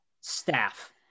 staff